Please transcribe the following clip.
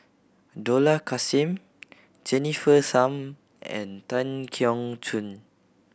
Dollah Kassim Jennifer Tham and Tan Keong Choon